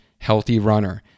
HEALTHYRUNNER